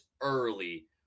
early